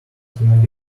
him